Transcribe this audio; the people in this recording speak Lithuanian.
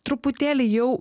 truputėlį jau